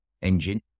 engine